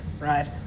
right